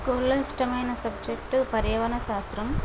స్కూల్లో ఇష్టమైన సబ్జెక్టు పర్యావరణ శాస్త్రం